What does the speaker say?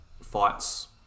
fights